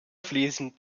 fließen